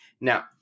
Now